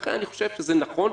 לכן אני חושב שזה נכון,